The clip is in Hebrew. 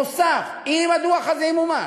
בנוסף, בנוסף, אם הדוח הזה ימומש,